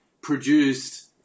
produced